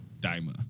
daima